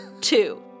Two